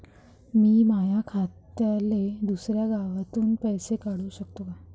मी माया आत्याले दुसऱ्या गावातून पैसे पाठू शकतो का?